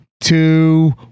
two